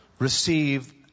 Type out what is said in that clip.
receive